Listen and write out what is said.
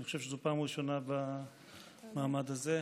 אני חושב שזאת פעם ראשונה במעמד הזה.